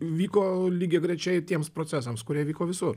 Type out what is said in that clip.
vyko lygiagrečiai tiems procesams kurie vyko visur